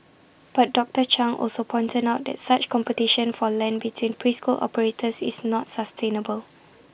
but doctor chung also pointed out that such competition for land between preschool operators is not sustainable